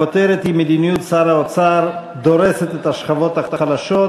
הכותרת היא: מדיניות שר האוצר דורסת את השכבות החלשות,